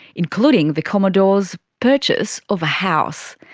including the commodore's purchase of a house.